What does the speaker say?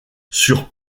sur